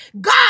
God